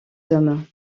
hommes